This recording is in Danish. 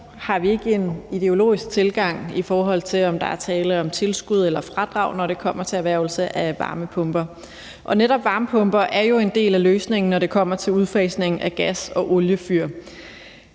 har vi ikke en ideologisk tilgang, i forhold til om der er tale om tilskud eller fradrag, når det kommer til en erhvervelse af varmepumper, og netop varmepumper er jo en del af løsningen, når det kommer til udfasningen af gas- og oliefyr.